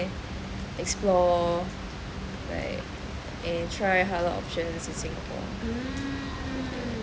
explore right and try halal options in singapore